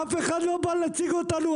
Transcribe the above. אף אחד לא בא להציג אותנו,